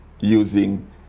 using